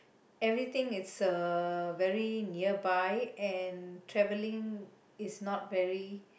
everything is uh very nearby and travelling is not very